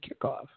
kickoff